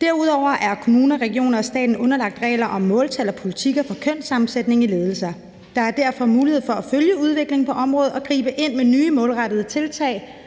Derudover er kommunerne, regionerne og staten underlagt regler om måltal og politikker for kønssammensætningen i ledelser. Der derfor mulighed for at følge udviklingen på området og gribe ind med nye målrettede tiltag,